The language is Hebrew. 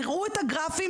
תראו את הגרפים,